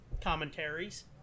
commentaries